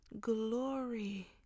glory